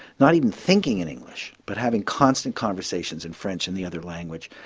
not even thinking in english but having constant conversations in french and the other language,